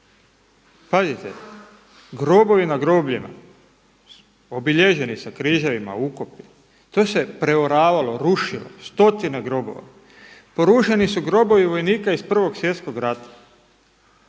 pazite, grobovi na grobljima obilježeni sa križevima, ukopima, to se preoravalo, rušilo, stotine grobova. Porušeni su grobovi vojnika iz Prvog svjetskog rata,